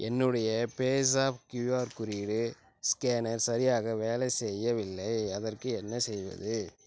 என்னுடைய பேஸாப் க்யூஆர் குறியீடு ஸ்கேனர் சரியாக வேலை செய்யவில்லை அதற்கு என்ன செய்வது